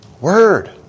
Word